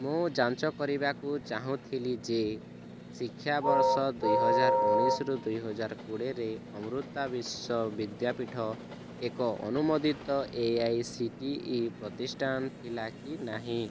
ମୁଁ ଯାଞ୍ଚ୍ କରିବାକୁ ଚାହୁଁଥିଲି ଯେ ଶିକ୍ଷାବର୍ଷ ଦୁଇହଜାରେ ଉଣେଇଶି ରୁ ଦୁଇହଜାରେ କୋଡ଼ିଏ ରେ ଅମୃତା ବିଶ୍ୱ ବିଦ୍ୟାପୀଠ ଏକ ଅନୁମୋଦିତ A I C T E ପ୍ରତିଷ୍ଠାନ ଥିଲା କି ନାହିଁ